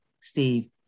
Steve